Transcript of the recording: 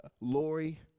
Lori